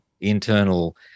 internal